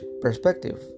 perspective